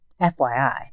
FYI